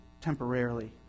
temporarily